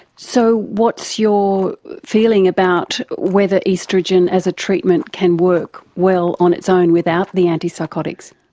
so what's your feeling about whether oestrogen as a treatment can work well on its own without the antipsychotics?